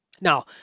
Now